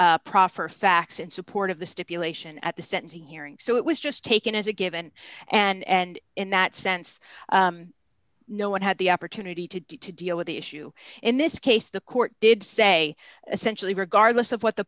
proffer facts in support of the stipulation at the sentencing hearing so it was just taken as a given and in that sense no one had the opportunity to do to deal with the issue in this case the court did say essentially regardless of what the